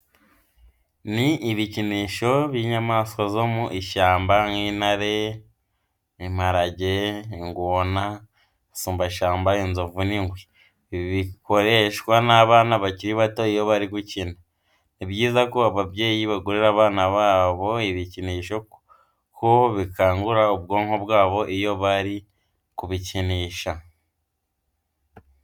Ni ibikinisho by'inyamaswa zo mu ishyamba nk'intare, imparage, ingona, gasumbashyamba inzovu n'ingwe. Ibi bikoreshwa n'abana bakiri bato iyo bari gukina. Ni byiza ko ababyeyi bagurira abana babo ibikinisho kuko bikangura ubwonko bwabo iyo bari kubikinisha.